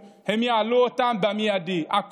ויעלו במיידי לא רק אלה שנרשמו.